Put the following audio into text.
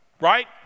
right